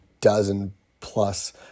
dozen-plus